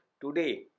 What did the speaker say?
today